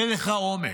אין לך אומץ.